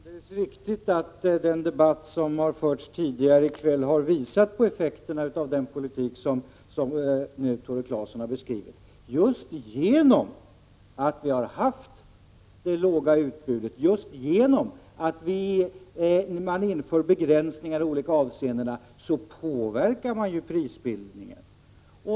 Herr talman! Det är alldeles riktigt att den debatt som har förts tidigare i kväll har visat på effekterna av den politik som Tore Claeson nu har beskrivit. Just genom att vi har haft ett så lågt utbud och genom att man inför begränsningar i olika avseenden påverkas prisbildningen.